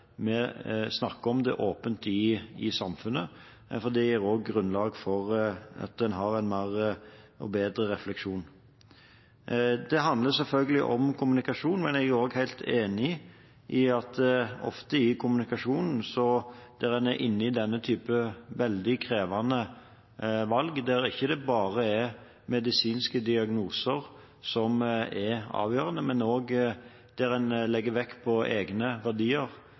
vi snakker åpent om det i samfunnet. Det gir også grunnlag for mer og bedre refleksjon. Det handler selvfølgelig om kommunikasjon, men jeg er også helt enig i at i denne kommunikasjonen – der en er inne i denne typen veldig krevende valg, der det ikke bare er medisinske diagnoser som er avgjørende, men der man også legger vekt på egne verdier,